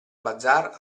bazar